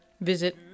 Visit